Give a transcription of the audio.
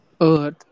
Earth